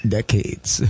Decades